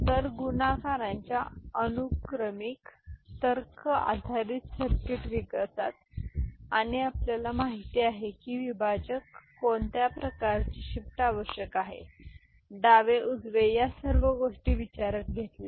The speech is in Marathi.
तर गुणाकारांच्या अनुक्रमिक तर्क आधारित सर्किट विकासात आणि आपल्याला माहिती आहे की विभाजक कोणत्या प्रकारचे शिफ्ट आवश्यक आहे डावे उजवे या सर्व गोष्टी विचारात घेतल्या आहेत